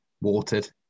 watered